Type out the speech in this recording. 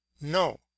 No